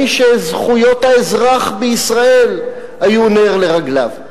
מי שזכויות האזרח בישראל היו נר לרגליו.